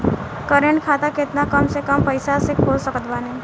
Current खाता केतना कम से कम पईसा से खोल सकत बानी?